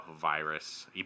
virus